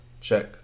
Check